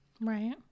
right